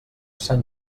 sant